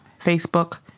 Facebook